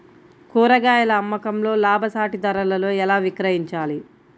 కూరగాయాల అమ్మకంలో లాభసాటి ధరలలో ఎలా విక్రయించాలి?